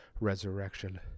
resurrection